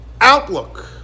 outlook